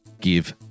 give